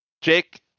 Jake